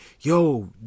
yo